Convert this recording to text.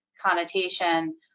connotation